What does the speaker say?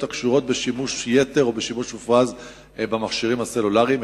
הקשורות בשימוש יתר או בשימוש מופרז במכשירים הסלולריים.